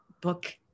book